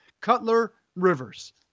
Cutler-Rivers